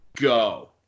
go